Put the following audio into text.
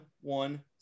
one